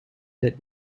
did